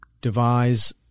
devise